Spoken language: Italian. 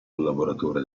collaboratore